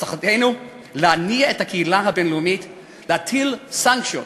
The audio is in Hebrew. הצלחתנו להניע את הקהילה הבין-לאומית להטיל סנקציות